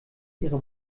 ihre